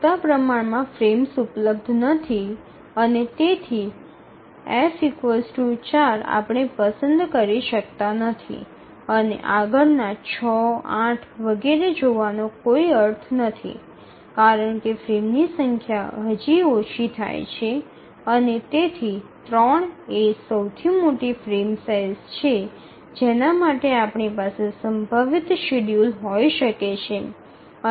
પૂરતા પ્રમાણમાં ફ્રેમ્સ ઉપલબ્ધ નથી અને તેથી F ૪ આપણે પસંદ કરી શકતા નથી અને આગળના ૬ ૮ વગેરે જોવાનો કોઈ અર્થ નથી કારણ કે ફ્રેમ્સની સંખ્યા હજી ઓછી થાય છે અને તેથી ૩ એ સૌથી મોટી ફ્રેમ સાઇઝ છે જેના માટે આપણી પાસે સંભવિત શેડ્યૂલ હોઈ શકે છે